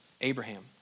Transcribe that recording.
Abraham